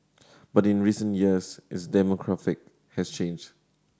but in recent years its demographic has changed